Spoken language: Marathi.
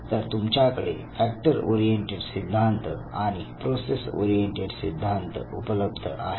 तर तुमच्याकडे फॅक्टर ओरिएंटेड सिद्धांत आणि प्रोसेस ओरिएंटेड सिद्धांत उपलब्ध आहेत